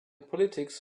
politics